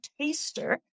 taster